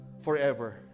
forever